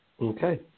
Okay